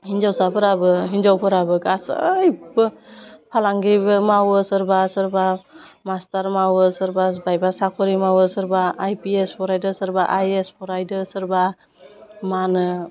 हिन्जावसाफोराबो हिन्जावफोराबो गासैबो फालांगिबो मावो सोरबा सोरबा मास्टार मावो सोरबा बायबा साख'रि मावो सोरबा आईपिएस फरायदो सोरबा आईएएस फरायदों सोरबा मा होनो